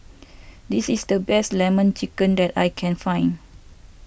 this is the best Lemon Chicken that I can find